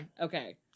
Okay